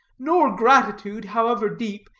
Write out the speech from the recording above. nor gratitude, however deep,